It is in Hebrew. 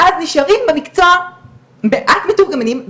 ואז נשארים במקצוע מעט מתורגמנים,